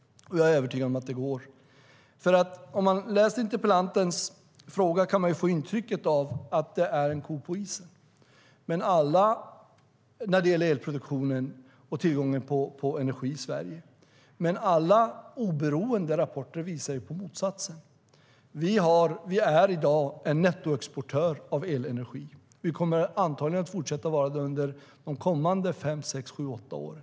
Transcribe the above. Jag är övertygad om att det går. Om man läser interpellantens fråga kan man få intrycket av ko på isen när det gäller elproduktionen och tillgången på energi i Sverige, men alla oberoende rapporter visar på motsatsen. Sverige är i dag nettoexportör av elenergi. Vi kommer antagligen att fortsätta att vara det under de kommande fem, sex, sju, åtta åren.